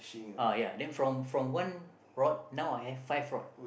uh ya then from from one rod now I have five rod